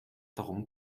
darum